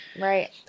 Right